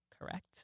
correct